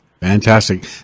Fantastic